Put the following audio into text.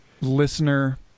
listener